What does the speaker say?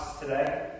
today